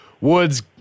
Woods